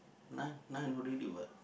nine nine already what